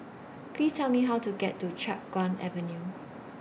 Please Tell Me How to get to Chiap Guan Avenue